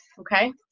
okay